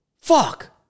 fuck